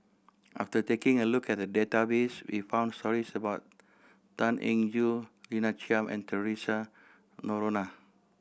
after taking a look at the database we found stories about Tan Eng Joo Lina Chiam and Theresa Noronha